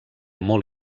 molt